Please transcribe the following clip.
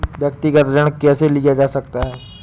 व्यक्तिगत ऋण कैसे लिया जा सकता है?